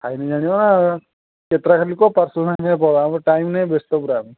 ଖାଇଲେ ଜାଣିବ ନା କେତେଟା ଖାଲି କୁହ ପାର୍ସଲ୍ ଲଖେ ହେବ ଆମର ଟାଇମ୍ ନାହିଁ ବ୍ୟସ୍ତ ପୁରା ଆମେ